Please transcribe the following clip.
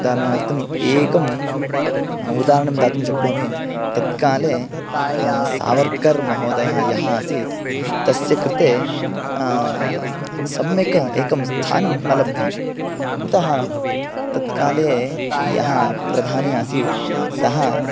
उदाहरणार्थम् एकम् उदाहरणं दातुं शक्नोमि तत्काले सावर्कर् महोदयः यः आसीत् तस्य कृते सम्यक् एकं स्थानं न लब्धं कुतः तत्काले यः प्रधानी आसीत् सः